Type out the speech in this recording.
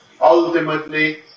Ultimately